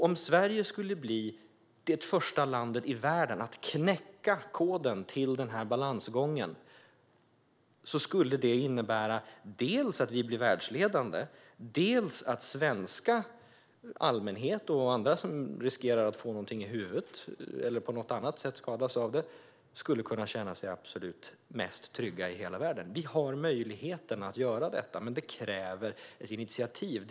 Om Sverige skulle bli det första landet i världen att knäcka koden till den här balansgången skulle det innebära dels att vi blir världsledande, dels att allmänheten och andra som riskerar att få någonting i huvudet eller på något annat sätt skadas av tekniken skulle kunna känna sig absolut tryggast i hela världen. Vi har möjligheten att göra detta, men det kräver ett initiativ.